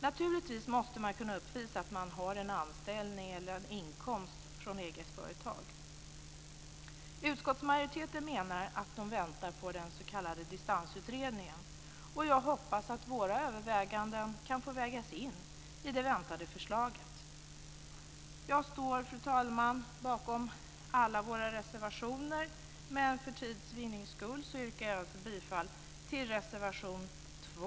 Naturligtvis måste man kunna uppvisa att man har en anställning eller inkomst från ett eget företag. Utskottsmajoriteten menar att den väntar på den s.k. distansutredningen. Och jag hoppas att våra överväganden kan få vägas in i det väntade förslaget. Fru talman! Jag står bakom alla våra reservationer, men för tids vinning yrkar jag bifall till reservation 2.